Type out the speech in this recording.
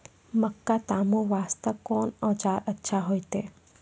मक्का तामे वास्ते कोंन औजार अच्छा होइतै?